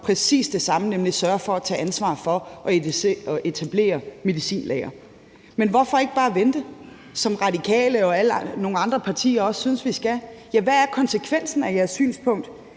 præcis det samme, nemlig sørger for at tage ansvar for at etablere medicinlagre. Men hvorfor ikke bare vente? som Radikale og nogle andre partier synes vi skal. Men hvad er konsekvensen af jeres synspunkt?